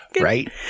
Right